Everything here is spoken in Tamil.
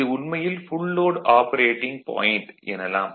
இது உண்மையில் ஃபுல் லோட் ஆபரேட்டிங் பாயிண்ட் எனலாம்